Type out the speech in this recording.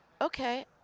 okay